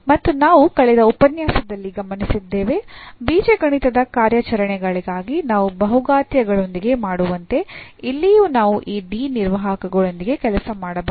ಮತ್ತು ನಾವು ಕಳೆದ ಉಪನ್ಯಾಸದಲ್ಲಿ ಗಮನಿಸಿದ್ದೇವೆ ಬೀಜಗಣಿತದ ಕಾರ್ಯಾಚರಣೆಗಳಾಗಿ ನಾವು ಬಹುಘಾತೀಯಗಳೊಂದಿಗೆ ಮಾಡುವಂತೆ ಇಲ್ಲಿಯೂ ನಾವು ಈ D ನಿರ್ವಾಹಕಗಳೊಂದಿಗೆ ಕೆಲಸ ಮಾಡಬಹುದು